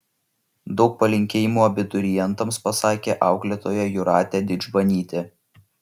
daug palinkėjimų abiturientams pasakė auklėtoja jūratė didžbanytė